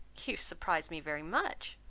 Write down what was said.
you surprise me very much.